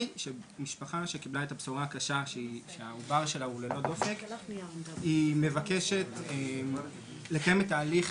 משפחה שקיבלה את הבשורה הקשה על מות העובר מבקשת לקיים את ההליך